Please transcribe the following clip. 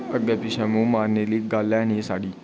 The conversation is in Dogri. अग्गै पिच्छैं मूंह् मारने आह्ली गल्ल ऐ नेईं साढ़ी